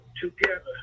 together